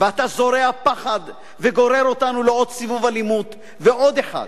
ואתה זורע פחד וגורר אותנו לעוד סיבוב אלימות ועוד אחד.